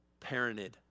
parented